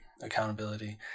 accountability